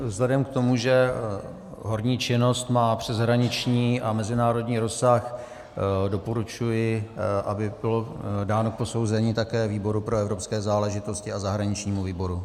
Vzhledem k tomu, že horní činnost má přeshraniční a mezinárodní rozsah, doporučuji, aby bylo dáno k posouzení také výboru pro evropské záležitosti a zahraničnímu výboru.